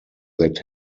that